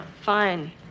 Fine